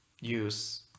use